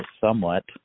somewhat